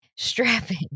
strapping